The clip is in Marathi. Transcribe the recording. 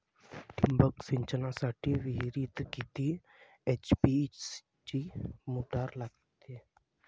ठिबक सिंचनासाठी विहिरीत किती एच.पी ची मोटार पायजे?